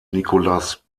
nicolas